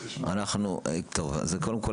קודם כול,